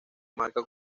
marca